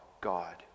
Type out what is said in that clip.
God